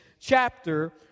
chapter